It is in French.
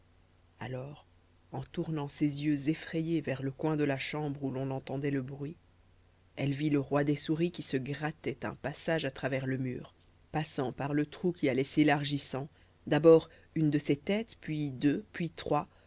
alors en tournant ses yeux effrayés vers le coin de la chambre où l'on entendait le bruit elle vit le roi des souris qui se grattait un passage à travers le mur passant par le trou qui allait s'élargissant d'abord une de ses tètes puis deux puis trois